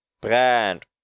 brand